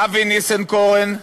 אבי ניסנקורן,